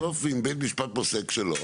בסוף אם בית משפט פוסק שלא,